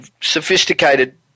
sophisticated